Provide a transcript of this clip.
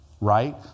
right